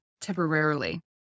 temporarily